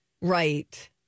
Right